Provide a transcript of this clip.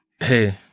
Hey